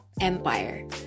empire